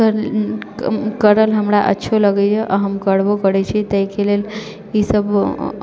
कर करल हमरा अच्छो भी लगैए आओर हम करबो करै छी तय कऽ लेल ई सब